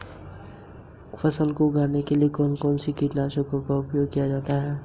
मेरे खाते को प्रबंधित करने में सहायता के लिए कौन से टूल उपलब्ध हैं?